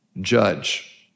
judge